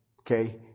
Okay